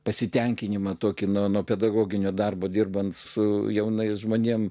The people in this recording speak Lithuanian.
pasitenkinimą tokį nu nuo pedagoginio darbo dirbant su jaunais žmonėms